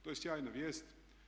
To je sjajna vijest.